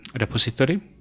repository